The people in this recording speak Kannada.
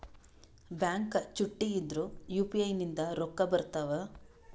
ಬ್ಯಾಂಕ ಚುಟ್ಟಿ ಇದ್ರೂ ಯು.ಪಿ.ಐ ನಿಂದ ರೊಕ್ಕ ಬರ್ತಾವಾ?